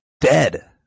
dead